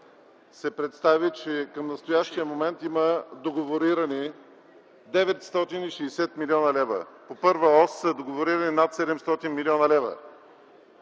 се представи, че към настоящия момент има договорирани 960 млн. лв. По първа ос са договорирани над 700 млн. лв.